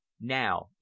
Now